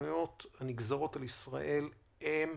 הן דרמטיות.